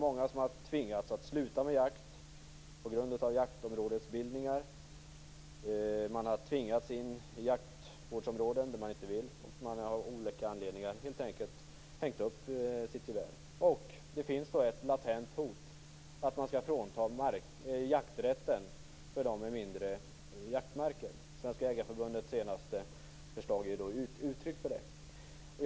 Många har tvingats sluta med jakt på grund av jaktområdesbildningar. Man har tvingats in i jaktvårdsområden där man inte vill vara, och av olika anledningar har man helt enkelt hängt upp sitt gevär. Det finns ett latent hot om att man skall frånta dem med mindre jaktmarker jakträtten. Svenska Jägareförbundets senaste förslag ger uttryck för detta.